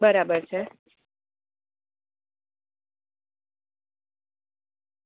બરાબર છે